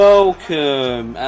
Welcome